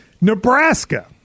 Nebraska